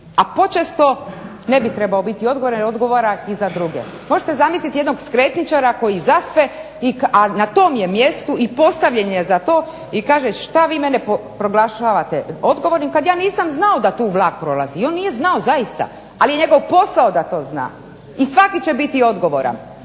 a počesto ne bi trebao biti odgovoran jer odgovara i za druge. Možete zamisliti jednog skretničara koji zaspe, a na tom je mjestu i postavljen je za to i kaže što vi mene proglašavate odgovornim kad ja nisam znao da tu vlak prolazi. I on nije znao zaista, ali je njegov posao da to zna. I svaki će biti odgovoran.